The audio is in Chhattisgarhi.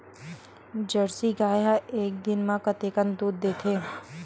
जर्सी गाय ह एक दिन म कतेकन दूध देथे?